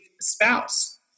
spouse